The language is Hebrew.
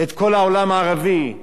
כל העולם הערבי,